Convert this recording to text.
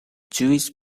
jewish